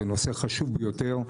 זה נושא חשוב ביותר.